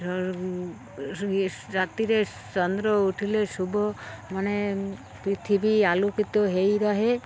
ରାତିରେ ଚନ୍ଦ୍ର ଉଠିଲେ ଶୁଭ ମାନେ ପୃଥିବୀ ଆଲୋକୋକିତ ହୋଇରୁହେ